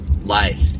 life